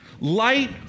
Light